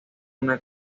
una